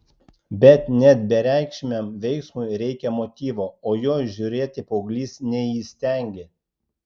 bet net bereikšmiam veiksmui reikia motyvo o jo įžiūrėti paauglys neįstengė